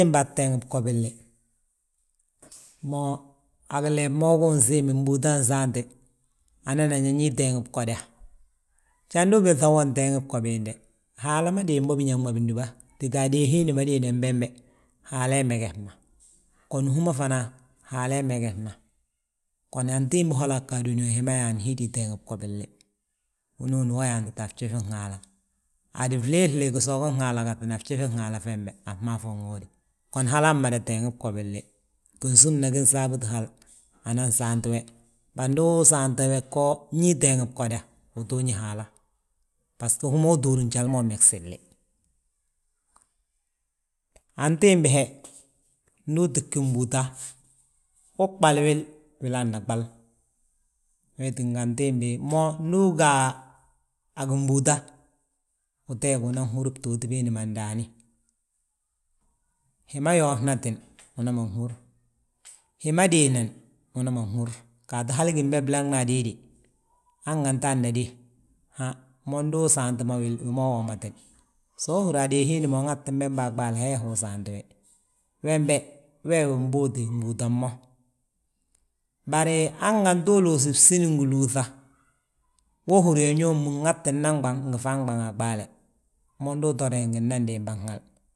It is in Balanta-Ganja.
Antimbaa tteeŋi bgo billi, mo gilee mo gi unsiimi mbúuta nsaante anan yaa ñi teeg bgoda. Jandu unbiiŧa hú teeŋi bgo biinde, Haala déem bo biñaŋ ma bindúba, tita adée hiindi ma dée nan bembe, Haala meges ma. Gon hú ma fana Haala hi megesna, gon antimbi holaa gga dúniyaa hi ma yaani, hi di teeŋi bgo billi. Hinooni wo yaantita a fjifin Haala, hadu flee flee ginsoogin Haala gaŧini, a fjifi Haala fembe, a fmaa fi unŋóode. Gon halaa mmada teeŋi bgo billi, ginsúmna gi nsaabu hal, anan saanti we. Bari ndu usaanti we go ñí teeŋi bgoda utooñi Haala, basgo hú ma uu ttúur njali ma umegesilni. Antimbi he ndu uti gí mbúuta, uɓal wil, wilaana ɓal, Wee tínga antimbi mo ndu uga gimbúuta, uteegu unan húri btooti biindi ma ndaani. Hi ma yoofnatini, uman húr, hi ma dée nan uman húr, gaatu hali gimbe blaŋna adéede. Hanganti aa nna dée, han mo ndu usaanti ma wil wi ma woomatini, so uhúri yaa adée hiindi ma uŋatin bembe a ɓaale hee hi usaanti we. Wembe wee wi mbóoti mbúuta mo; Bari hanganti uluusi bsíni giluuŧa, wo húri yaa ñoomu nŋati nnan ɓaŋ ngi faa ɓaŋ a ɓaale. Mo ndu uto reŋ ndi nna dimban hal.